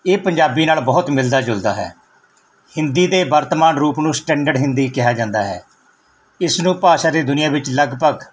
ਇਹ ਪੰਜਾਬੀ ਨਾਲ ਬਹੁਤ ਮਿਲਦਾ ਜੁਲਦਾ ਹੈ ਹਿੰਦੀ ਦੇ ਵਰਤਮਾਨ ਰੂਪ ਨੂੰ ਸਟੈਂਡਰਡ ਹਿੰਦੀ ਕਿਹਾ ਜਾਂਦਾ ਹੈ ਇਸ ਨੂੰ ਭਾਸ਼ਾ ਦੀ ਦੁਨੀਆਂ ਵਿੱਚ ਲਗਭਗ